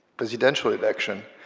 presidential election,